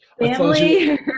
family